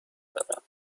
دارم